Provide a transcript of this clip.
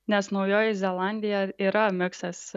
nes naujoji zelandija yra miksas